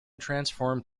transformed